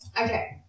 okay